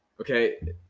Okay